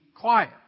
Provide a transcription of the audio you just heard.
quiet